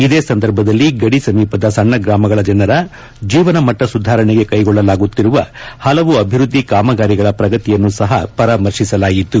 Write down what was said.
ಇದೇ ಸಂದರ್ಭದಲ್ಲಿ ಗಡಿ ಸಮೀಪದ ಸಣ್ಣ ಗ್ರಾಮಗಳ ಜನರ ಜೀವನಮಟ್ಟ ಸುಧಾರಣೆಗೆ ಕೈಗೊಳ್ಳಲಾಗುತ್ತಿರುವ ಹಲವು ಅಭಿವೃದ್ದಿ ಕಾಮಗಾರಿಗಳ ಪ್ರಗತಿಯನ್ನು ಸಹ ಪರಾಮರ್ಶಿಸಲಾಯಿತು